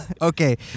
Okay